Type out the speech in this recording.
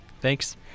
Thanks